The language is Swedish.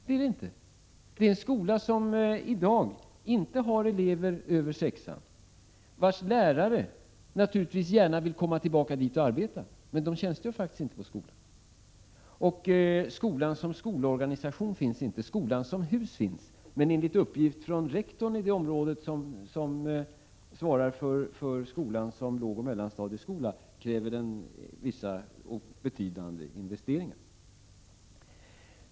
Det är en skola som i dag inte har elever över sexan. Dess lärare vill naturligtvis gärna komma tillbaka dit och arbeta, men de tjänstgör faktiskt inte på skolan. Skolan som skolorganisation finns inte. Skolan som hus finns, men enligt uppgift från rektorn i det område som svarar för Höglandsskolan som lågoch mellanstadieskola kräver den vissa betydande investeringar.